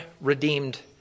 redeemed